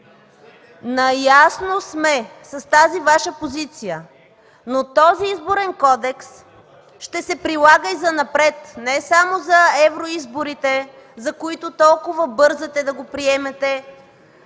Наясно сме с тази Ваша позиция, но този Изборен кодекс ще се прилага и занапред, не само за евроизборите, за които толкова бързате да го приемете,